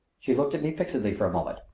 she looked at me fixedly for a moment.